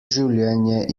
življenje